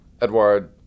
Edward